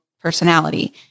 personality